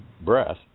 breath